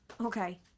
Okay